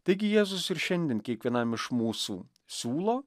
taigi jėzus ir šiandien kiekvienam iš mūsų siūlo